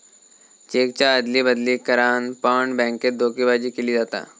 चेकच्या अदली बदली करान पण बॅन्केत धोकेबाजी केली जाता